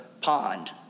pond